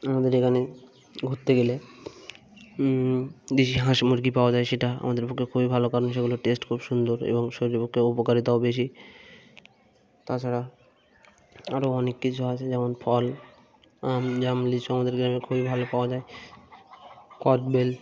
আমাদের এখানে ঘুরতে গেলে দেশি হাঁস মুরগি পাওয়া যায় সেটা আমাদের পক্ষে খুবই ভালো কারণ সেগুলোর টেস্ট খুব সুন্দর এবং শরীরের পক্ষে উপকারিতাও বেশি তা ছাড়া আরও অনেক কিছু আছে যেমন ফল আম জাম লিচু আমাদের গ্রামে খুবই ভালো পাওয়া যায় কতবেল